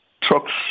trucks